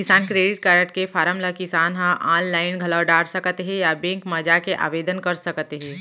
किसान credit card के form ल किसान ह आनलाइन घलौ डार सकत हें या बेंक म जाके आवेदन कर सकत हे